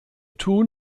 tun